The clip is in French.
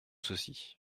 ceci